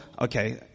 okay